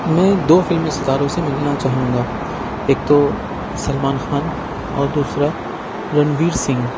میں دو فلمی ستاروں سے ملنا چاہوں گا ایک تو سلمان خان اور دوسرا رنویر سنگھ